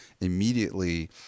immediately